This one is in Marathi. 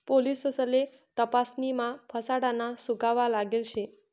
पोलिससले तपासणीमा फसाडाना सुगावा लागेल शे